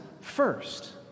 first